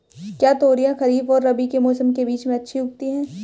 क्या तोरियां खरीफ और रबी के मौसम के बीच में अच्छी उगती हैं?